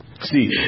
See